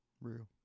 Real